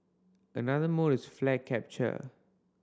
another mode is flag capture